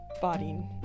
body